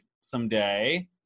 someday